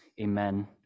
amen